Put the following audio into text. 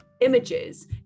images